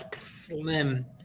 slim